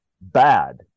bad